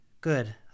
Good